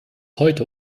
heute